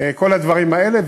כל הדברים האלה,